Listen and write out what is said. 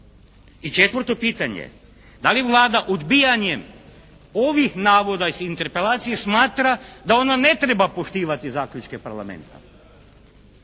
I četvrto pitanje. Da li Vlada odbijanjem ovih navoda iz Interpelacije smatra da ona ne treba poštivati zaključke Parlamenta?